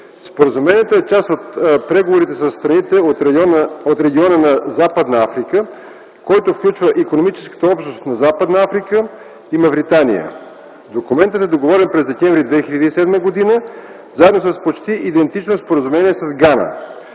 Споразумението е част от преговорите със страните от региона на Западна Африка, който включва Икономическата общност на Западна Африка и Мавритания. Документът е договорен през м. декември 2007 г. заедно с почти идентично споразумение с Гана.